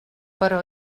però